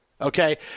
Okay